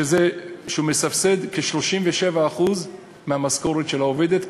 שמסבסד כ-37% מהמשכורת של העובדת,